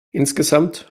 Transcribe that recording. insgesamt